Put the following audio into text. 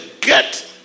get